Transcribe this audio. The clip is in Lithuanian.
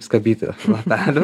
skabyti lapelių